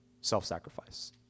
self-sacrifice